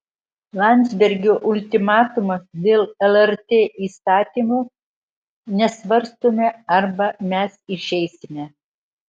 landsbergio ultimatumas dėl lrt įstatymo nesvarstome arba mes išeisime